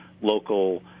local